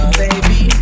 baby